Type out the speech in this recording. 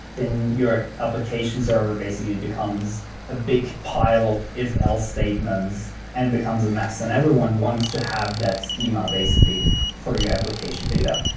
then your application server basically becomes a big pile of if else statements and becomes a mess, and everyone wants to have that schema basically for your application data.